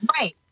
right